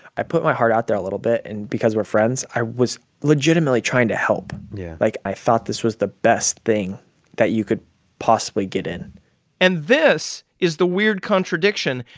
i put my heart out there a little bit. and because we're friends, i was legitimately trying to help yeah like, i thought this was the best thing that you could possibly get in and this is the weird contradiction.